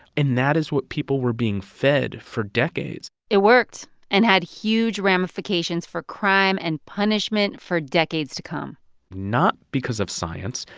and that is what people were being fed for decades it worked and had huge ramifications for crime and punishment for decades to come not because of science,